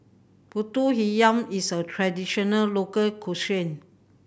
Pulut Hitam is a traditional local